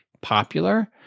popular